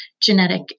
genetic